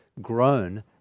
grown